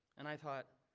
and i thought,